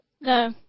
No